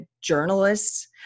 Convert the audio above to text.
journalists